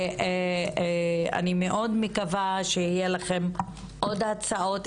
אני מאוד מקווה שיהיה לכן עוד הצעות.